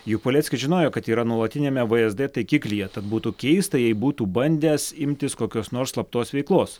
juk paleckis žinojo kad yra nuolatiniame vsd taikiklyje tad būtų keista jei būtų bandęs imtis kokios nors slaptos veiklos